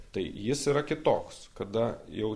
tai jis yra kitoks kada jau